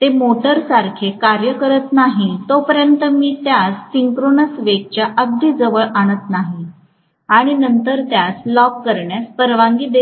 ते मोटरसारखे कार्य करत नाही तोपर्यंत मी त्यास सिंक्रोनस वेगाच्या अगदी जवळ आणत नाही आणि नंतर त्यास लॉक करण्यास परवानगी देत नाही